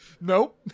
Nope